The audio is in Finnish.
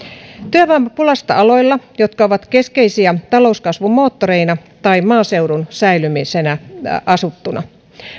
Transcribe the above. työvoimapulasta aloilla jotka ovat keskeisiä talouskasvun moottoreina tai maaseudun säilymisenä asuttuna